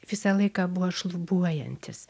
visą laiką buvo šlubuojantis